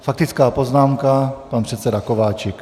Faktická poznámka pan předseda Kováčik.